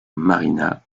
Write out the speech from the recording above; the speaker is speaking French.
marina